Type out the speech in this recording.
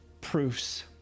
proofs